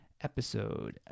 episode